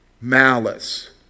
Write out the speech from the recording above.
malice